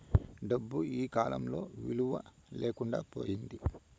డబ్బు ఈకాలంలో విలువ లేకుండా పోయింది